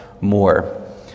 more